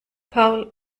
paul